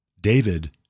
David